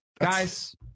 guys